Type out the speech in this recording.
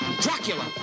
Dracula